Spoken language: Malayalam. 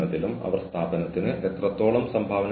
പരിശീലനവും വികസനവുമാണ് അടുത്ത വിഭാഗം